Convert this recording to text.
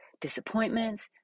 disappointments